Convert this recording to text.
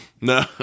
No